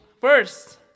first